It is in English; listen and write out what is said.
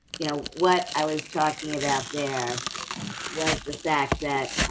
you know, what i was talking about there was the fact that